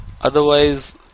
otherwise